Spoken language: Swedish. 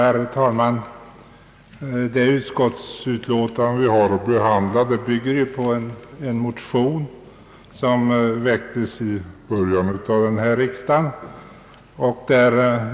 Herr talman! Det utskottsutlåtande vi har att behandla bygger på motioner, som väcktes i början av årets riksdag.